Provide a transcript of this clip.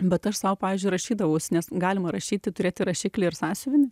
bet aš sau pavyzdžiui rašydavaus nes galima rašyti turėti rašiklį ir sąsiuvinį